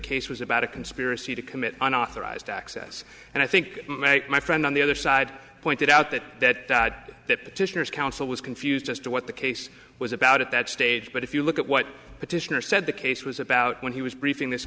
case was about a conspiracy to commit unauthorized access and i think my friend on the other side pointed out that that petitioners counsel was confused as to what the case was about at that stage but if you look at what petitioner said the case was about when he was briefing this